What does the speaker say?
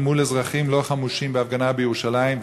מול אזרחים לא חמושים בהפגנה בירושלים,